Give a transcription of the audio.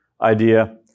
idea